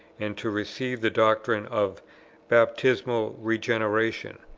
and to receive the doctrine of baptismal regeneration.